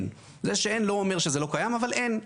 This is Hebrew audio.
זה שאין לא אומר שזה לא קיים אבל אין.